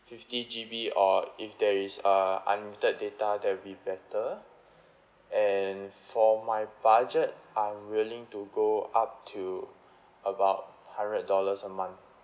fifty G_B or if there is uh unlimited data that'll be better and for my budget I'm willing to go up to about hundred dollars a month